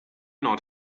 not